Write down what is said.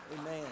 Amen